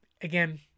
again